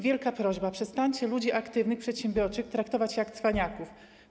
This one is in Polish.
Wielka prośba, przestańcie ludzi aktywnych, przedsiębiorczych traktować jak cwaniaków.